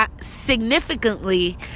significantly